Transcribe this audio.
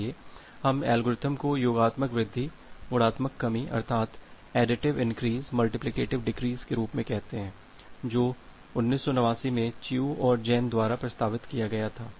इसलिए हम एल्गोरिथ्म को योगात्मक वृद्धि गुणात्मक कमी अर्थात एडिटिव इनक्रीस मल्टिप्लिकेटिव डिक्रीस के रूप में कहते हैं जो 1989 में चिउ और जैन द्वारा प्रस्तावित किया गया था